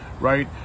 right